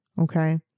Okay